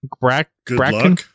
Bracken